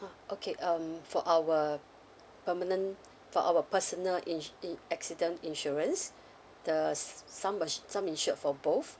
ah okay um for our permanent for our personal inch~ in~ accident insurance the s~ sum was sum insured for both